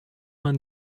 man